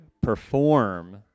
perform